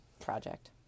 project